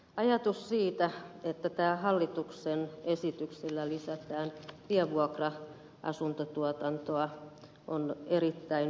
ajatus siitä että tällä hallituksen esityksellä lisätään pienvuokra asuntotuotantoa on erittäin miellyttävä